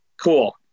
Cool